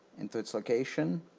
into its location